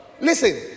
Listen